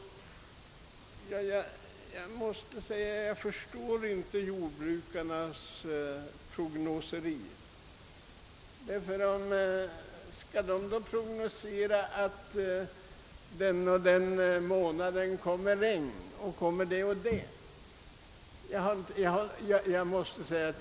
Ingen kräver att jordbrukarna skall ställa prognoser om hur mycket regn som kommer att falla den ena eller andra månaden.